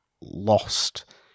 lost